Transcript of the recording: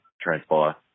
transpire